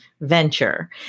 venture